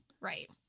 Right